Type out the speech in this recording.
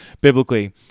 biblically